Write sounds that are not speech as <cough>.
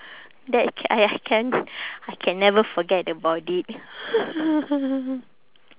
that ca~ !aiya! can I can never forget about it <noise>